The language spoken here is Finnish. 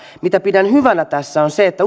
mitä pidän hyvänä tässä ja mihin uskon on se että